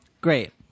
great